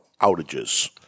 outages